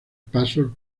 pasos